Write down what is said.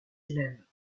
élèves